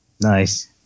Nice